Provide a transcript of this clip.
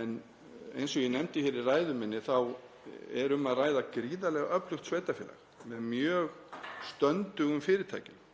eins og ég nefndi í ræðu minni þá er um að ræða gríðarlega öflugt sveitarfélag með mjög stöndugum fyrirtækjum